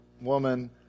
woman